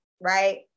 right